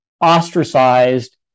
ostracized